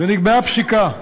ונקבעה פסיקה,